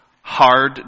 hard